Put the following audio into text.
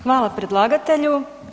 Hvala predlagatelju.